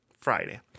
Friday